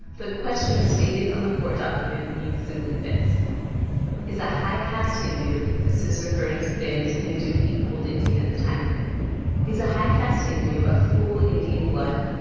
the question stated on the court document reads simply this is a high-caste hindu, this is referring to thind, hindu equalled indian at the time is a high-caste hindu of full indian blood,